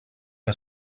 que